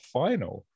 final